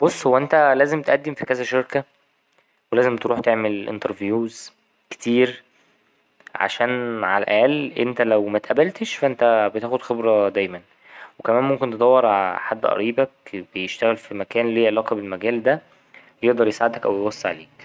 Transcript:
بص هو أنت لازم تقدم في كذا شركة ولازم تروح تعمل انترڤيوز كتير عشان على الأقل أنت لو متقبلتش فا أنت بتاخد خبرة دايما وكمان ممكن تدور على حد قريبك بيشتغل في مكان له علاقة بالمكان ده يقدر يساعدك أو يوصي عليك.